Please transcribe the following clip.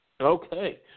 Okay